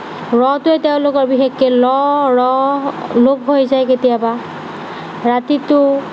ৰ টোৱে বিশেষকৈ ল ৰ লোপ হৈ যায় কেতিয়াবা ৰাতিটো